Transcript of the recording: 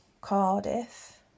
Cardiff